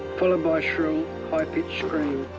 followed by shrill high-pitched screams.